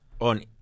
on